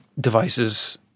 devices